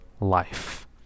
life